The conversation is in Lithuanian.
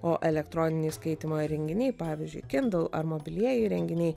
o elektroniniai skaitymo įrenginiai pavyzdžiui kindl ar mobilieji įrenginiai